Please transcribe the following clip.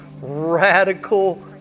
radical